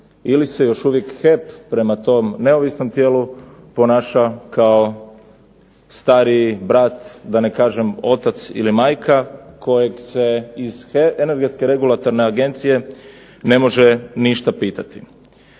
ili se još uvijek HEP prema tom neovisnom tijelu ponaša kao stariji brat, da ne kažem otac ili majka kojeg se iz Hrvatske energetske regulatorne agencije ne može ništa pitati.